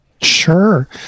Sure